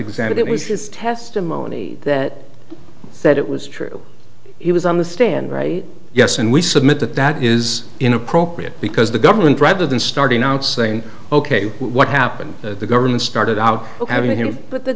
his testimony that said it was true he was on the stand right yes and we submit that that is inappropriate because the government rather than starting out saying ok what happened the government started out having him but the